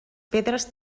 pedres